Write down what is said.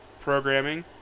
programming